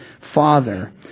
Father